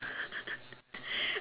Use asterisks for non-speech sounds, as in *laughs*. *laughs*